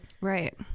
Right